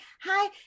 hi